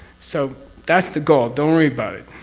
so, that's the goal. don't worry about it,